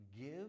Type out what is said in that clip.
Give